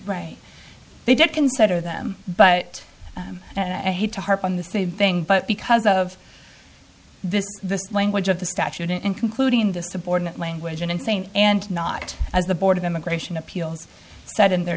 right they didn't consider them but and i hate to harp on the same thing but because of this the language of the statute including the subordinate language and insane and not as the board of immigration appeals said in their